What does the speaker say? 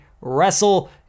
Wrestle